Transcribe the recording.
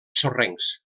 sorrencs